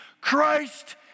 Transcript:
Christ